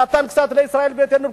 נתן קצת לישראל ביתנו,